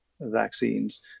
vaccines